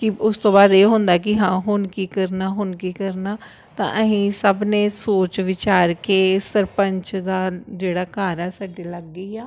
ਕਿ ਉਸ ਤੋਂ ਬਾਅਦ ਇਹ ਹੁੰਦਾ ਕੀ ਹਾਂ ਹੁਣ ਕੀ ਕਰਨਾ ਹੁਣ ਕੀ ਕਰਨਾ ਤਾਂ ਅਸੀਂ ਸਭ ਨੇ ਸੋਚ ਵਿਚਾਰ ਕੇ ਸਰਪੰਚ ਦਾ ਜਿਹੜਾ ਘਰ ਹੈ ਸਾਡੇ ਲਾਗੇ ਹੀ ਆ